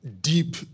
deep